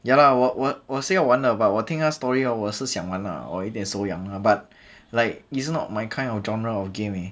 ya lah 我我是要玩的 but 我听他的 story hor 我是想玩啊我一点手痒啊 lah but like it's not my kind of genre of game eh